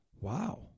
Wow